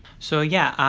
so yeah,